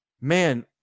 man